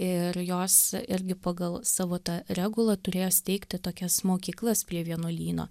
ir jos irgi pagal savo tą regulą turėjo steigti tokias mokyklas prie vienuolyno